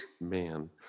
Man